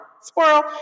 squirrel